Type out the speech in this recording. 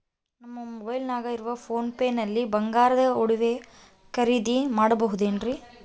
ನಮ್ಮ ಮೊಬೈಲಿನಾಗ ಇರುವ ಪೋನ್ ಪೇ ನಲ್ಲಿ ಬಂಗಾರದ ಒಡವೆ ಖರೇದಿ ಮಾಡಬಹುದೇನ್ರಿ?